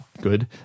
good